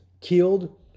killed